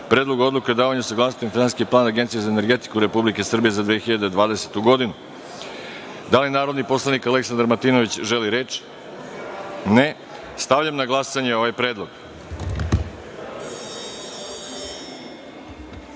Predlogu odluke o davanju saglasnosti na Finansijski plan Agencije za energetiku Republike Srbije za 2020. godinu. Da li narodni poslanik Aleksandar Martinović želi reč? (Ne)Stavljam na glasanje ovaj